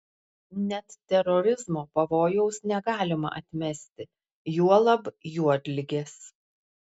net terorizmo pavojaus negalima atmesti juolab juodligės